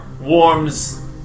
warms